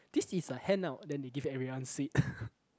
this is a handout then they give everyone sweet